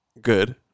good